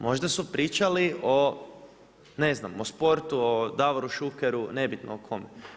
Možda su pričali, o ne znam, o sportu, o Davoru Šukeru, nebitno o kome.